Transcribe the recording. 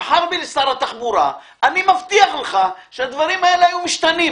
תבחר בי לשר התחבורה ואני מבטיח לך שהדברים האלה ישתנו.